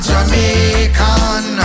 Jamaican